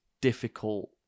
difficult